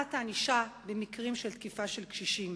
במעט הענישה במקרים של תקיפת קשישים.